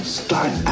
start